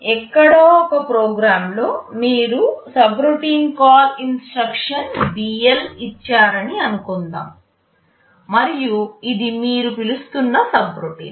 ఎక్కడో ఒక ప్రోగ్రామ్లో మీరు సబ్రోటిన్ కాల్ ఇన్స్ట్రక్షన్ BL ఇచ్చారని అనుకుందాం మరియు ఇది మీరు పిలుస్తున్న సబ్రోటిన్